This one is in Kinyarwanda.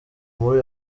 muri